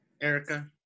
erica